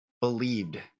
believed